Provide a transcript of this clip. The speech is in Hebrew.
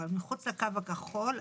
אבל מחוץ לקו הכחול,